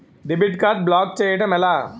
Debit card block చేయటం ఎలా?